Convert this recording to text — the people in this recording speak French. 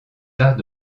arts